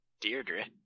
Deirdre